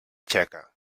txeca